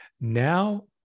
now